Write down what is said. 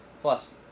plus